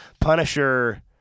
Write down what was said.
Punisher